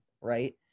right